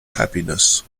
happiness